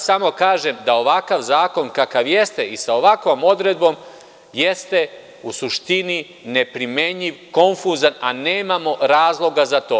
Samo kažem da ovakav zakon kakav jeste i sa ovakvom odredbom jeste u suštini neprimenljiv, konfuzan, a nemamo razloga za to.